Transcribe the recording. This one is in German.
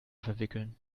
verwickeln